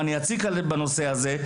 ואני אציק בנושא הזה,